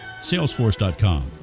salesforce.com